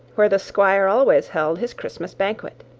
where the squire always held his christmas banquet.